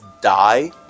die